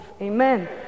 Amen